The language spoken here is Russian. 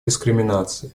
дискриминации